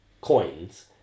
coins